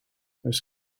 oes